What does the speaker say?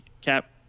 Cap